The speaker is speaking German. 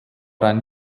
ein